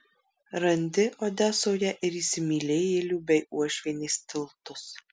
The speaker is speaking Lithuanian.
randi odesoje ir įsimylėjėlių bei uošvienės tiltus